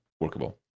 workable